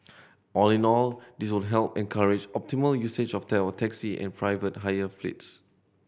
all in all this would help encourage optimal usage of tell taxi and private hire fleets